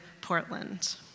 Portland